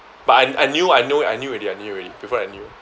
but I I knew I know it I knew already I knew already before I knew